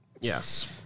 yes